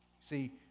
See